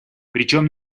причем